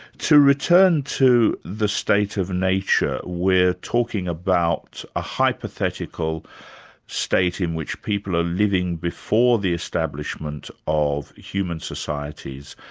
to return to the state of nature, we're talking about a hypothetical state in which people are living before the establishment of human societies,